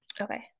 Okay